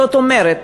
זאת אומרת,